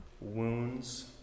wounds